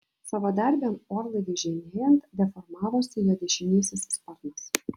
savadarbiam orlaiviui žemėjant deformavosi jo dešinysis sparnas